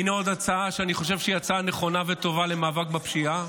הינה עוד הצעה שאני חושב שהיא הצעה נכונה וטובה למאבק בפשיעה